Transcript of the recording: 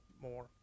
more